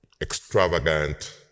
extravagant